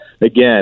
again